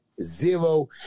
Zero